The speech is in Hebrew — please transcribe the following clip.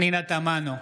פנינה תמנו,